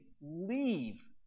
leave